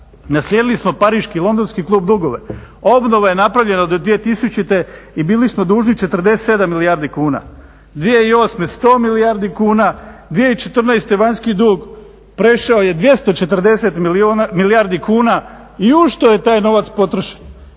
naslijedili smo pariški, londonski klub dugove. Obnova je napravljena do 2000. i bili smo dužni 47 milijardi kuna, 2008. 100 milijardi kuna, 2014. vanjski dug prešao je 240 milijardi kuna i u što je taj novac potrošen.